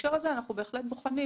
בהקשר הזה אנחנו בוחנים